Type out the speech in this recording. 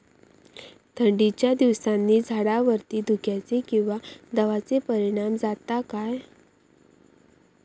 थंडीच्या दिवसानी झाडावरती धुक्याचे किंवा दवाचो परिणाम जाता काय?